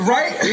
Right